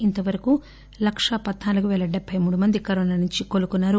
ఇంతవరకు లకా పధ్నాలుగు పేల డెబ్బె మూడు మంది కరోనా నుంచి కోలుకున్నారు